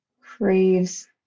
craves